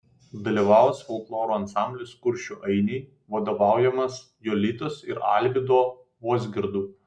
dalyvaus folkloro ansamblis kuršių ainiai vadovaujamas jolitos ir alvydo vozgirdų